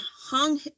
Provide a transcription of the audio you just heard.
hung